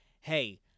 Hey